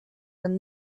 when